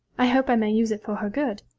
i hope i may use it for her good